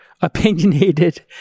opinionated